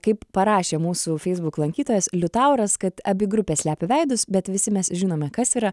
kaip parašė mūsų facebook lankytojas liutauras kad abi grupės slepia veidus bet visi mes žinome kas yra